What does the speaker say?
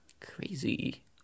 Crazy